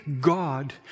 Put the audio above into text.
God